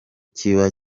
kiba